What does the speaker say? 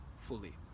fully